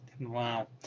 Wow